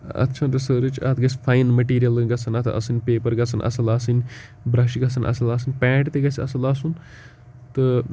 اَتھ چھُنہٕ رِسٲرٕچ اَتھ گژھِ فاین مٔٹیٖریل گژھن اَتھ آسٕنۍ پیپَر گژھن اَصٕل آسٕنۍ برٛش گژھن اَصٕل آسٕںۍ پینٛٹ تہِ گژھِ اَصٕل آسُن تہٕ